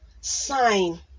sign